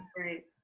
Right